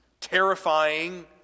terrifying